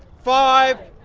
five,